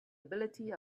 ability